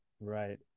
Right